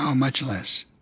um much less